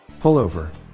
Pullover